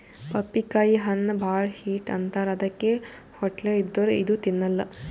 ಪಪ್ಪಿಕಾಯಿ ಹಣ್ಣ್ ಭಾಳ್ ಹೀಟ್ ಅಂತಾರ್ ಅದಕ್ಕೆ ಹೊಟ್ಟಲ್ ಇದ್ದೋರ್ ಇದು ತಿನ್ನಲ್ಲಾ